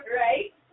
Right